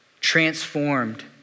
transformed